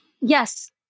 Yes